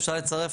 אפשר לצרף,